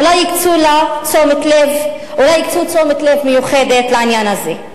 אולי יקצו תשומת לב מיוחדת לעניין הזה.